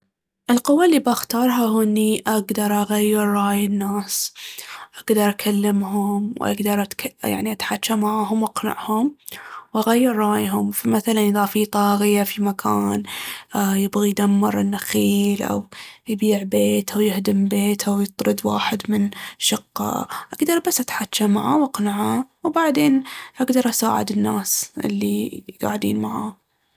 القوة اللي بختارها هو إني أقدر أغير راي الناس، أقدر أكلمهم وأقدر أتك- يعني أتحجى معاهم وأقنعهم وأغير رايهم. فمثلاً إذا في طاغية في مكان، يبغى يدمر النخيل أو يبيع بيت أو يهدم بيت أو يطرد واحد من شقة، أقدر بس أتحجى معاه وأقنعه، وبعدين أقدر أساعد الناس اللي قاعدين معاه.